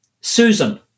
Susan